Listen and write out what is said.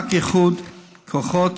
רק איחוד כוחות,